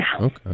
Okay